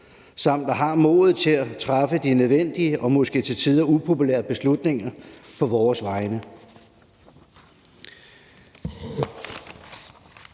samt har modet til at træffe de nødvendige og måske til tider upopulære beslutninger på vores vegne.